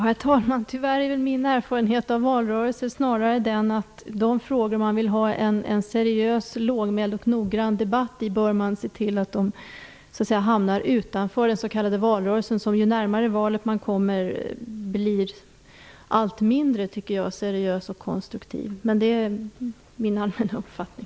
Herr talman! Tyvärr är min erfarenhet av valrörelser snarare den att man bör se till att de frågor man vill ha en seriös, lågmäld och noggrann debatt om hamnar utanför den s.k. valrörelsen. Jag tycker att debatten blir allt mindre seriös och konstruktiv ju närmare valet man kommer. Men det är min allmänna uppfattning.